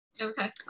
okay